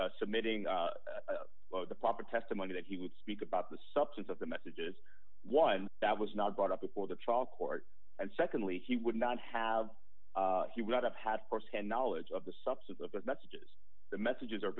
submitting the proper testimony that he would speak about the substance of the message is one that was not brought up before the trial court and secondly he would not have he would have had firsthand knowledge of the substance of his messages the messages are